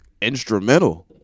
instrumental